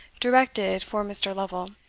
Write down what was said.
directed for mr. lovel,